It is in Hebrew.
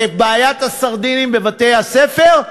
לבעיית הסרדינים בבתי-הספר,